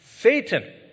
Satan